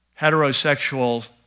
heterosexual